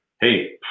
Hey